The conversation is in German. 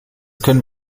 können